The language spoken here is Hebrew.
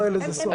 לא יהיה לזה סוף.